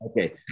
Okay